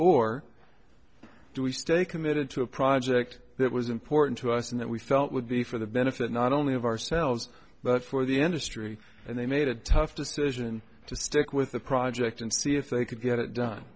or do we stay committed to a project that was important to us and that we felt would be for the benefit not only of ourselves but for the industry and they made a tough decision to stick with the project and see if they could get it done